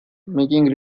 making